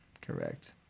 correct